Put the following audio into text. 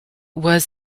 was